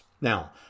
Now